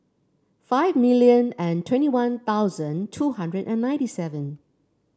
five million and twenty One Thousand two hundred and ninety seven